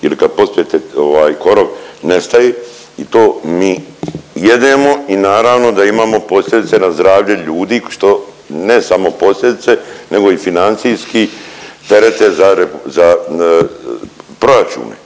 ili kad pospete ovaj korov nestaje i to mi jedemo i naravno da imamo posljedice na zdravlje ljudi što ne samo posljedice nego i financijski terete …/Govornik